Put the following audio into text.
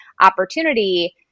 opportunity